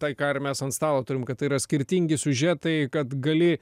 tai ką ir mes ant stalo turim kad tai yra skirtingi siužetai kad gali